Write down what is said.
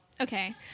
Okay